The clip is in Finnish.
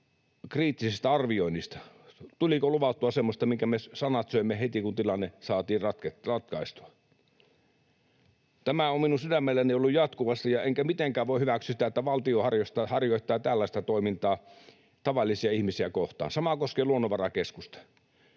Tämä on minun sydämelläni ollut jatkuvasti, enkä mitenkään voi hyväksyä sitä, että valtio harjoittaa tällaista toimintaa tavallisia ihmisiä kohtaan. Sama koskee Luonnonvarakeskusta,